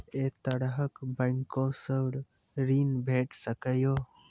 ऐ तरहक बैंकोसऽ ॠण भेट सकै ये?